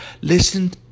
Listen